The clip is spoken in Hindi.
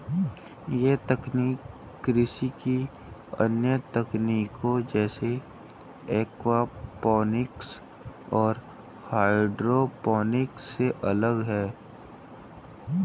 यह तकनीक कृषि की अन्य तकनीकों जैसे एक्वापॉनिक्स और हाइड्रोपोनिक्स से अलग है